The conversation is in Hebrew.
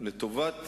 חבר הכנסת